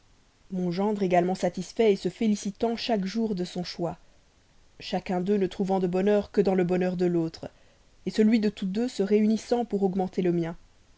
mon gendre également satisfait se félicitant chaque jour de son choix chacun d'eux ne trouvant de bonheur que dans le bonheur de l'autre celui de tous deux se réunissant pour augmenter le mien